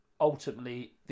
ultimately